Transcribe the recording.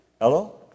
Hello